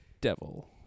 devil